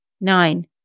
Nine